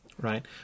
right